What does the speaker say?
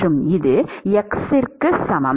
மற்றும் இது x க்கு சமம்